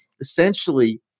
essentially